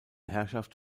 herrschaft